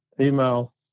email